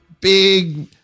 big